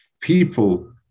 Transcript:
People